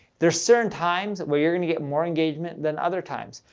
there are certain times where you're going to get more engagement than other times.